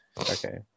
Okay